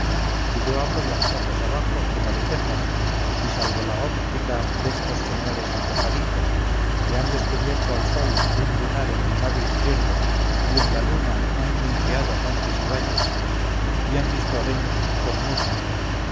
que yo hablo de antojos abajo como de tejas y salvo la óbtica destos señores antojadizos que han descubierto al sol un lunar en el lado izquierdo y en la luna han linceado montes y valles y han visto a venus cornuta